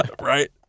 Right